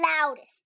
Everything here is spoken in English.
Loudest